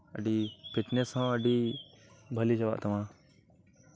ᱟᱹᱰᱤ ᱯᱷᱤᱴᱱᱮᱥ ᱦᱚᱸ ᱟᱹᱰᱤ ᱵᱷᱟᱹᱞᱤ ᱪᱟᱵᱟᱜ ᱛᱟᱢᱟ